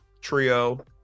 trio